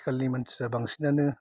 आथिखालनि मानसिफ्रा बांसिनानो